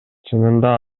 чынында